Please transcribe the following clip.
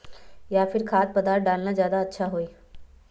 या फिर खाद्य पदार्थ डालना ज्यादा अच्छा होई?